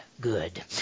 good